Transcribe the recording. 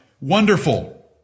Wonderful